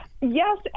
Yes